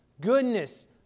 goodness